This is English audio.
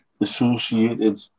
associated